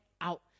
out